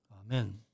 Amen